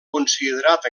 considerat